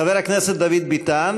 חבר הכנסת דוד ביטן,